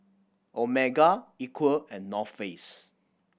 Omega Equal and North Face